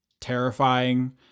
terrifying